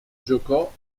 giocò